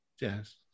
Yes